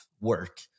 work